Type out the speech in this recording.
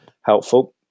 helpful